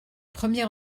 premier